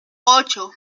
ocho